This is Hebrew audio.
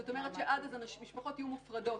זאת אומרת שעד אז המשפחות יהיו מופרדות,